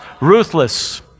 ruthless